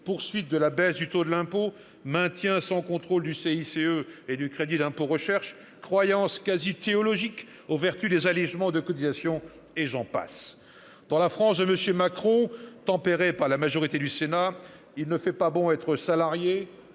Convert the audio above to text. poursuite de la baisse du taux de l'impôt ; maintien sans contrôle du CICE et du crédit d'impôt recherche ; croyance quasi théologique aux vertus des allégements de cotisations, et j'en passe. Dans la France de M. Macron, tempérée par la majorité du Sénat, il ne fait pas bon être salarié,